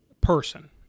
person